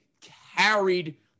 carried